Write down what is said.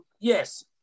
Yes